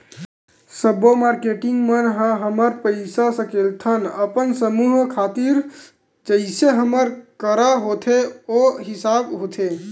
सब्बो मारकेटिंग मन ह हमन पइसा सकेलथन अपन समूह खातिर जइसे हमर करा होथे ओ हिसाब होथे